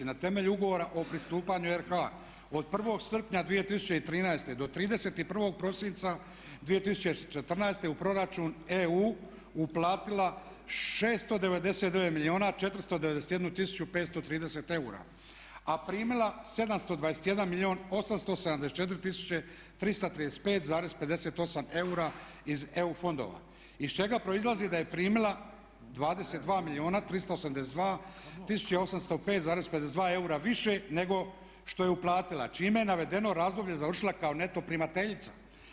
Na temelju Ugovora o pristupanju RH od 1. srpnja 2013. do 31. prosinca 2014. u proračun EU uplatila 699 milijuna 491 tisuću 530 eura, a primila 721 milijun 874 tisuće 335,58 eura iz EU fondova iz čega proizlazi da je primila 22 milijuna 382 tisuće 805,52 eura više nego što je uplatila čime je navedeno razdoblje završila kao neto primateljica.